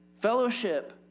Fellowship